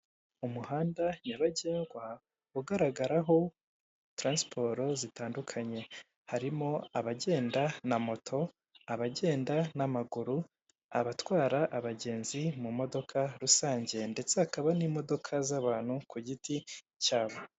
Umuhanda nyabagendwa ugaragaraho taransiporo zitandukanye, harimo abagenda na moto, abagenda n'amaguru, abatwara abagenzi mu modoka rusange, ndetse hakaba n'imodoka z'abantu ku giti cyabo.